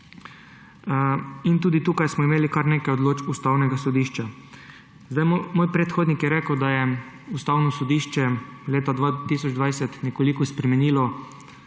in tudi tukaj smo imeli kar nekaj odločb Ustavnega sodišča. Moj predhodnik je rekel, da je Ustavno sodišče leta 2020 nekoliko spremenilo